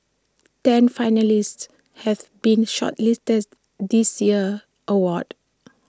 ten finalists have been shortlisted this year's award